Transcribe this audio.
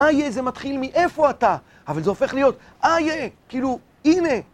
איה, זה מתחיל מאיפה אתה, אבל זה הופך להיות, איה, כאילו, הנה.